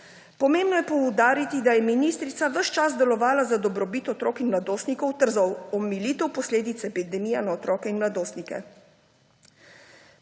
Pomembno je poudariti, da je ministrica ves čas delovala za dobrobit otrok in mladostnikov ter za omilitev posledic epidemije na otroke in mladostnike.